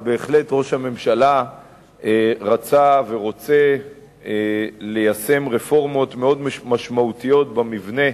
אבל בהחלט ראש הממשלה רצה ורוצה ליישם רפורמות מאוד משמעותיות במבנה